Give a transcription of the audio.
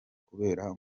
kubera